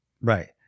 Right